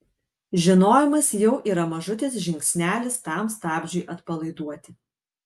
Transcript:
žinojimas jau yra mažutis žingsnelis tam stabdžiui atpalaiduoti